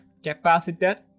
capacitor